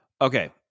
Okay